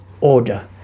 order